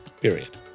Period